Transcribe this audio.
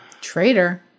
traitor